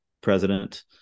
president